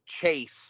chase